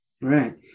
Right